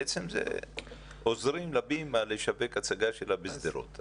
בעצם עוזרים להבימה לשווק הצגה שלה בשדרות.